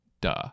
duh